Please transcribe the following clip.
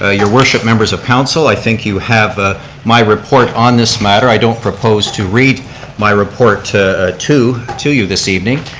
ah your worship, members of council, i think you have ah my report on this matter. i don't propose to read my report to to you this evening.